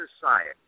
society